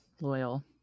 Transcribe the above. loyal